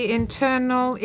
internal